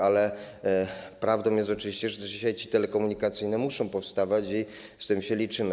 Ale prawdą jest oczywiście, że sieci telekomunikacyjne muszą powstawać, i z tym się liczymy.